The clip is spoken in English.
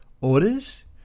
orders